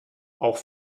auch